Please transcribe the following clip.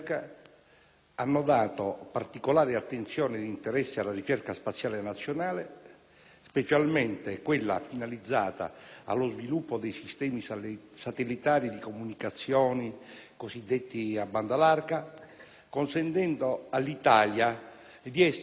hanno dato particolare attenzione e interesse alla ricerca spaziale nazionale, specialmente quella finalizzata allo sviluppo dei sistemi satellitari di comunicazioni cosiddetti a banda larga, consentendo all'Italia di essere